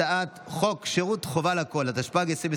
הצעת חוק שירות חובה לכול, התשפ"ג 2023,